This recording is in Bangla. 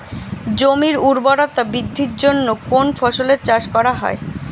জমির উর্বরতা বৃদ্ধির জন্য কোন ফসলের চাষ করা হয়?